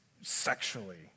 sexually